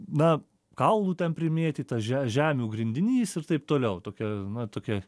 na kaulų ten primėtyta že žemių grindinys ir taip toliau tokia na tokia